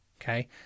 Okay